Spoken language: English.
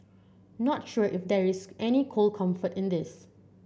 not sure if there is any cold comfort in this